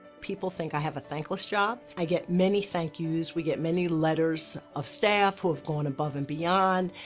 people think i have a thankless job. i get many thank-you's. we get many letters of staff who have gone above and beyond,